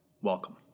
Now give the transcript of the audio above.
welcome